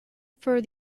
for